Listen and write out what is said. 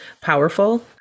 powerful